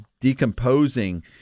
decomposing